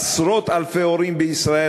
עשרות-אלפי הורים בישראל,